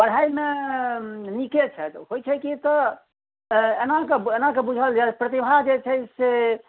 पढ़ाइमे नीके छथि होइ छै की तऽ एना कऽ एना कऽ बुझल जाय कि प्रतिभा जे छै से